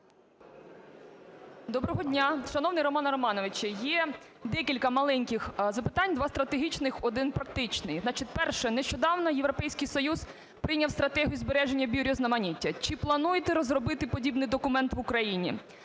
Доброго дня, шановний Романе Романовичу. Є декілька маленьких запитань: два стратегічних, одне практичне. Значить, перше. Нещодавно Європейський Союз прийняв стратегію збереження біорізноманіття. Чи плануєте розробити подібний документ в Україні?